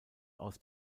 aus